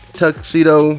tuxedo